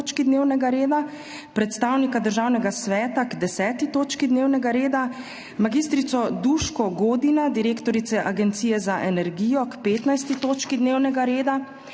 predstavnika Državnega sveta k 10. točki dnevnega reda, mag. Duško Godina, direktorico Agencije za energijo k 15. točki dnevnega reda,